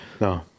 No